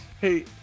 hey